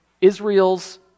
Israel's